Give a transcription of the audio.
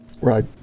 Right